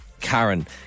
Karen